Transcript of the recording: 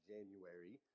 January